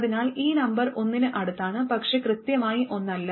അതിനാൽ ഈ നമ്പർ ഒന്നിന് അടുത്താണ് പക്ഷേ കൃത്യമായി ഒന്നല്ല